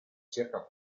cerca